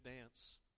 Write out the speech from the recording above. dance